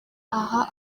aha